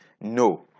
no